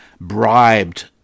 bribed